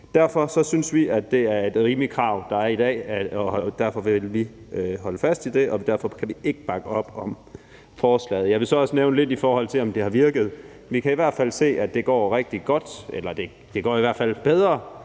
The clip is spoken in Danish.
Derfor synes vi, at det er et rimeligt krav, der er i dag, og derfor vil vi holde fast i det, og derfor kan vi ikke bakke op om forslaget. Jeg vil så også nævne lidt, i forhold til om det har virket. Vi kan i hvert fald se, at det går rigtig godt – det går i hvert fald bedre